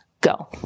go